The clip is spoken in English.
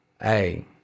Hey